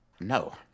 No